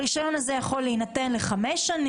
הרי גם הוא לא יוציא כסף